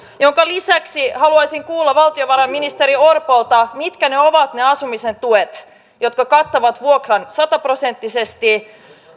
lisäksi haluaisin kuulla valtiovarainministeri orpolta mitkä ne ovat ne asumisen tuet jotka kattavat vuokran sataprosenttisesti ja